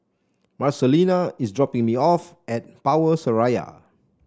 Marcelina is dropping me off at Power Seraya